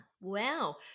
wow